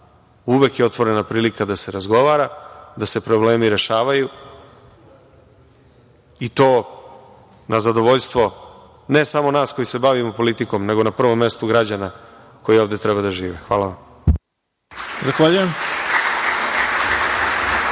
uvek je otvorena prilika da se razgovara, da se problemi rešavaju i to na zadovoljstvo ne samo nas koji se bavimo politikom, nego na prvom mestu građana koji ovde treba da žive. Hvala.